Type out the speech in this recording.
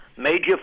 major